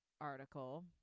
article